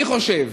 אני חושב